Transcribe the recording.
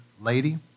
lady